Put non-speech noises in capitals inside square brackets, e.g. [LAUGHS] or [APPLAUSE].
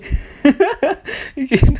[LAUGHS]